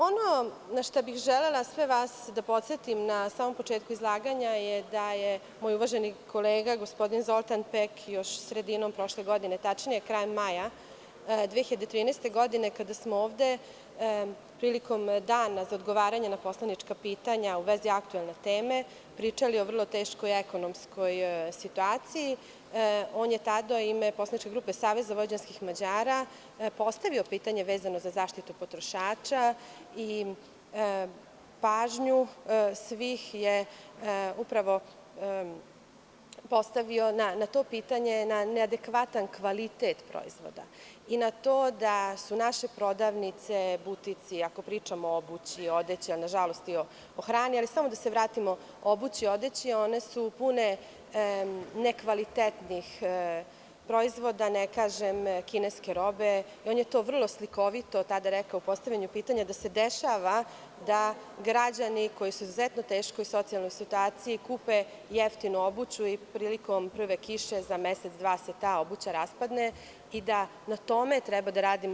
Ono na šta bih želela sve vas da podsetim na samom početku izlaganja, je da je moj uvaženi kolega, gospodin Zoltan Pek, još sredinom prošle godine, tačnije krajem maja 2013. godine, kada smo ovde prilikom dana za odgovaranje na poslanička pitanja u vezi aktuelne teme, pričali o vrlo teškoj ekonomskoj situaciji, on je tada u ime poslaničke grupe SVM, postavio pitanje vezano za zaštitu potrošača i pažnju svih je upravo postavio na to pitanje, na neadekvatan kvalitet proizvoda, i na to da su naše prodavnice, butici, ako pričamo o obući, odeći, na žalost i hrani, ali samo da se vratimo obući, odeći, one su pune nekvalitetnih proizvoda, ne kažem kineske robe, i on je to vrlo slikovito tada rekao u postavljanju pitanja, da se dešava da građani koji su u izuzetno teškoj socijalnoj situaciji kupe jeftino obuću i prilikom prve kiše za mesec dva se ta obuća raspadne i da na tome treba da radimo.